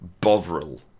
Bovril